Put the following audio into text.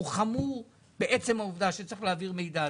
הוא חמור בעצם העובדה שצריך להעביר מידע,